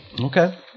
Okay